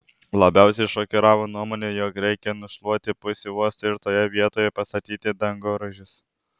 labiausiai šokiravo nuomonė jog reikia nušluoti pusę uosto ir toje vietoje pastatyti dangoraižius